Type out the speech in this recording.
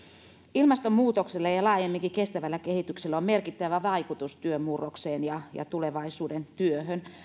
ilmastonmuutoksella ja ja laajemminkin kestävällä kehityksellä on merkittävä vaikutus työn murrokseen ja ja tulevaisuuden työhön